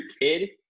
kid